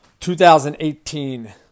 2018